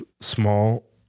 small